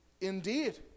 Indeed